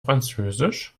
französisch